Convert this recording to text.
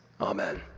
Amen